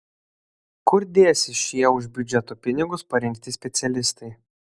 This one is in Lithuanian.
kur dėsis šie už biudžeto pinigus parengti specialistai